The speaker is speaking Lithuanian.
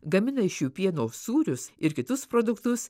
gamina iš jų pieno sūrius ir kitus produktus